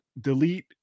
delete